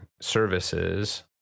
services